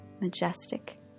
majestic